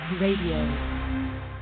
Radio